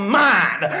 mind